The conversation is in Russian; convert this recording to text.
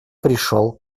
пришел